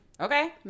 Okay